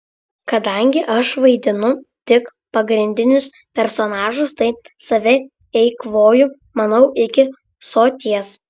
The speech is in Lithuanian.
kadangi aš vaidinu tik pagrindinius personažus tai save eikvoju manau iki soties